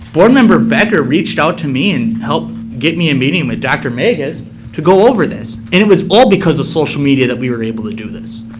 board member becker reached out ot me and helped get me a meeting with dr. mangus to go over this. and it was all because of social media that we were able to do this.